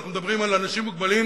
אנחנו מדברים על אנשים מוגבלים,